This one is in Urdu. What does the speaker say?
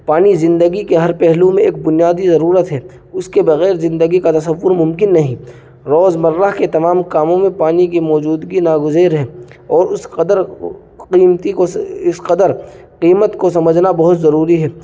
پانی زندگی کے ہر پہلو میں ایک بنیادی ضرورت ہے اس کے بغیر زندگی کا تصور ممکن نہیں روزمرہ کے تمام کاموں میں پانی کی موجودگی ناگزیر ہے اور اس قدر قیمتی کو اس قدر قیمت کو سمجھنا بہت ضروری ہے